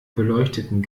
beleuchteten